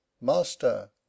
Master